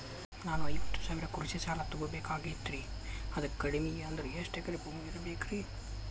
ನಾನು ಐವತ್ತು ಸಾವಿರ ಕೃಷಿ ಸಾಲಾ ತೊಗೋಬೇಕಾಗೈತ್ರಿ ಅದಕ್ ಕಡಿಮಿ ಅಂದ್ರ ಎಷ್ಟ ಎಕರೆ ಭೂಮಿ ಇರಬೇಕ್ರಿ?